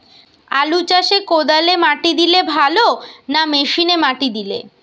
আলু চাষে কদালে মাটি দিলে ভালো না মেশিনে মাটি দিলে?